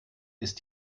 ist